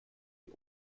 sie